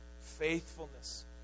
faithfulness